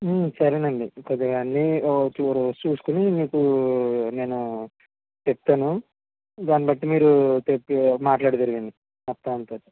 సరేనండి కొద్దిగా అన్ని ఓ రోజు చూసుకుని మీకు నేను చెప్తాను దాన్ని బట్టి మీరు మాటలాడుదురు కానీ మొత్తం అంత